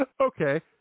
Okay